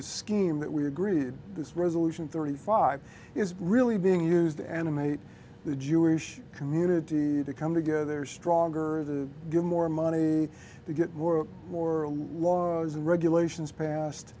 scheme that we agreed this resolution thirty five is really being used animate the jewish community to come together stronger give more money to get more more laws and regulations pas